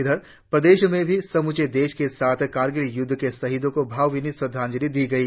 इधर प्रदेश में भी समूचे देश के साथ कारगिल युद्ध के शहीदों को भावभीनी श्रद्धाजंलि दी गई